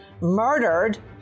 murdered